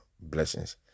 blessings